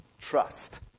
Trust